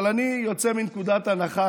אבל אני יוצא מנקודת הנחה,